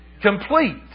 complete